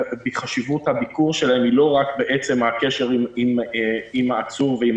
חשיבות הביקור שלהם היא לא רק בעצם הקשר עם העצור ועם